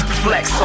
flex